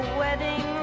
wedding